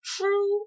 True